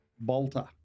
Bolter